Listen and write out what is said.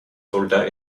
soldats